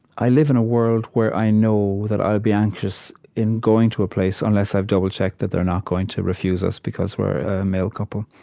i live in a world where i know that i'll be anxious in going to a place, unless i've double-checked that they're not going to refuse us because we're a male couple.